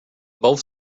both